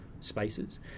spaces